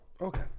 Okay